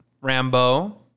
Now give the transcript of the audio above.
Rambo